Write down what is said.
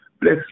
Bless